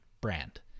Brand